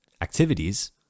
Activities